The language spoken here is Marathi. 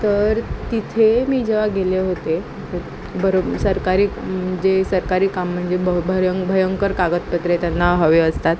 तर तिथे मी जेव्हा गेले होते बरो सरकारी जे सरकारी काम म्हणजे भयं भयंकर कागदपत्रे त्यांना हवे असतात